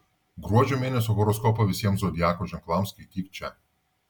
gruodžio mėnesio horoskopą visiems zodiako ženklams skaityk čia